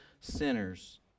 sinners